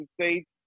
States